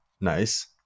Nice